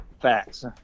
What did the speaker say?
Facts